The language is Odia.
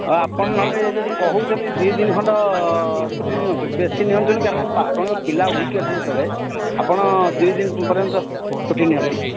ଆଉ ଆପଣ ନ ହେଲେ ଯଦି କହୁଛନ୍ତି ଦୁଇ ଦିନି ଖଣ୍ଡ ଛୁଟି ନିଅନ୍ତୁ ବେଶୀ ନିଅନ୍ତୁନି କାରଣ ଆପଣଙ୍କ ପିଲା ୱିକ୍ ଅଛି ଯେତେବେଳେ ଆପଣ ଦୁଇ ଦିନ ପର୍ଯ୍ୟନ୍ତ ପଠାଇ ନିଅନ୍ତି